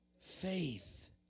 Faith